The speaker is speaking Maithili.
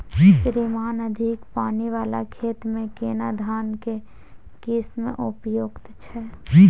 श्रीमान अधिक पानी वाला खेत में केना धान के किस्म उपयुक्त छैय?